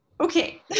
Okay